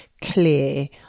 clear